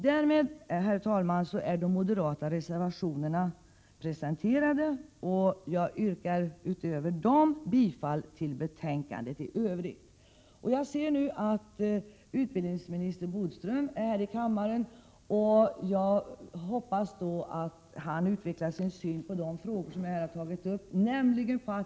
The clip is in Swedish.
Därmed, herr talman, är de moderata reservationerna presenterade, och jag yrkar bifall till dessa och i övrigt bifall till utskottets hemställan. Jag ser att utbildningsminister Bodström är i kammaren. Jag hoppas att han utvecklar sin syn på de frågor som jag här har tagit upp.